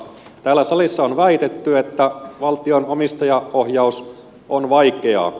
täällä salissa on väitetty että valtion omistajaohjaus on vaikeaa